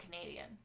Canadian